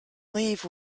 leave